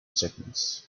segments